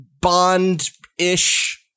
bond-ish